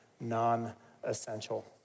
non-essential